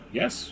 yes